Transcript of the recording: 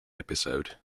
episode